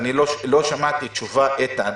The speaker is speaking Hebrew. לא שמעתי תשובה, איתן.